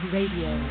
Radio